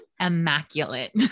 immaculate